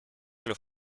los